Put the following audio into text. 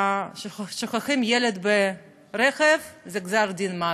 וכששוכחים ילד ברכב זה גזר-דין מוות.